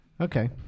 Okay